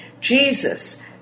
Jesus